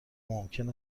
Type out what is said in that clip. ممکن